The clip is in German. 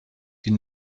die